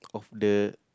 the